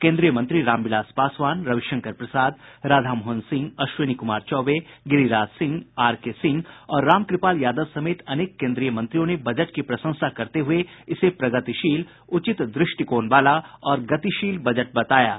केन्द्रीय मंत्री Ramvilas Paswan Ravishankar Prasad Radhamohan Singh Ashwini Kumar Choubey Giriraj Singh R K Singh और रामकृपाल यादव समेत अनेक केन्द्रीय मंत्रियों ने बजट की प्रशंसा करते हुए इसे प्रगतिशील उचित दृष्टिकोण वाला और गतिशील बजट बताया है